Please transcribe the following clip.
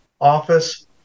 Office